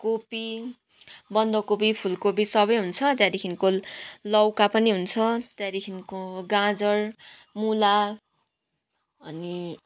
कोपी बन्दकोपी फुलकोपी सबै हुन्छ त्यहाँदेखिन्को लौका पनि हुन्छ त्यहाँदेखिन्को गाजर मूला अनि